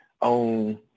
on